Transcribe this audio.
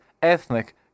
ethnic